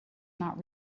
not